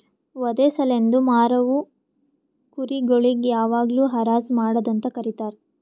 ವಧೆ ಸಲೆಂದ್ ಮಾರವು ಕುರಿ ಗೊಳಿಗ್ ಯಾವಾಗ್ಲೂ ಹರಾಜ್ ಮಾಡದ್ ಅಂತ ಕರೀತಾರ